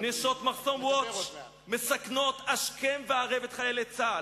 נשות "מחסום Watch" מסכנות השכם והערב את חיילי צה"ל,